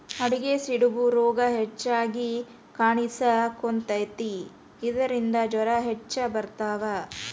ಆಡಿಗೆ ಸಿಡುಬು ರೋಗಾ ಹೆಚಗಿ ಕಾಣಿಸಕೊತತಿ ಇದರಿಂದ ಜ್ವರಾ ಹೆಚ್ಚ ಬರತಾವ